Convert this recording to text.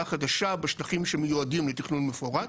חדשה בשטחים שמיועדים לתכנון מפורט,